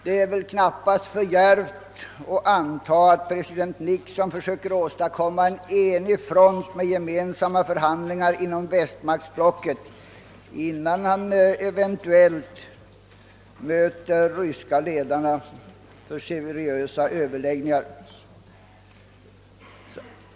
Det är väl knappast för djärvt att anta att president Nixon försöker åstadkomma en enig front med gemensamma handlingslinjer inom västmaktsblocket, innan han eventuellt möter de ryska 1edarna för seriösa överläggningar.